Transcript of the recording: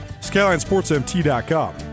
SkylineSportsMT.com